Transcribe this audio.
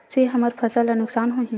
से हमर फसल ला नुकसान होही?